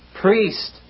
priest